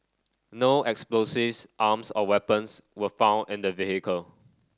no explosives arms or weapons were found in the vehicle